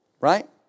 Right